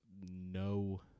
no